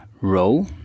row